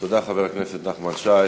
תודה, חבר הכנסת נחמן שי.